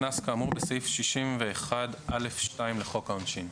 קנס כאמור בסעיף 61(א)(2) לחוק העונשין.